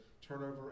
turnover